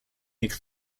make